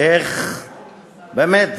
איך באמת,